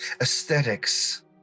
Aesthetics